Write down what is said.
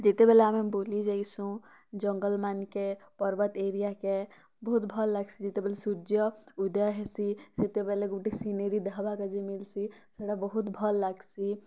ଯେତେବେଳେ ଆମେ ବୁଲିଯାଏସୁଁ ଜଙ୍ଗଲ୍ ମାନ୍କେ ପର୍ବତ୍ ଏରିଆକେ ବହୁତ୍ ଭଲ୍ ଲାଗ୍ସି ଯେତେବେଲେ ସୂର୍ଯ୍ୟ ଉଦୟ ହେସି ସେତେବେଲେ ଗୁଟେ ସିନେରୀ ଦେଖ୍ବାର୍କେ ଯେ ମିଲ୍ସି ସେଟା ବହୁତ୍ ଭଲ୍ ଲାଗ୍ସି